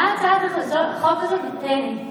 מה הצעת החוק הזאת נותנת?